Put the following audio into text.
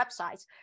websites